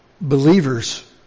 believers